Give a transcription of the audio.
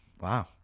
Wow